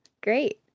great